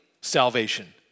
salvation